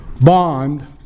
bond